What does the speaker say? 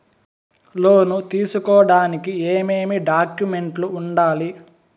లోను తీసుకోడానికి ఏమేమి డాక్యుమెంట్లు ఉండాలి